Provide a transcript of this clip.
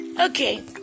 Okay